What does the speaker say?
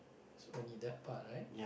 so only that part right